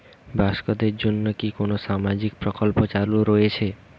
বয়স্কদের জন্য কি কোন সামাজিক প্রকল্প চালু রয়েছে?